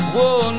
Whoa